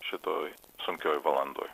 šitoj sunkioj valandoj